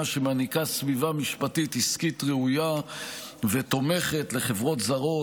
שמעניקה סביבה משפטית עסקית ראויה ותומכת לחברות זרות.